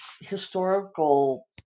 historical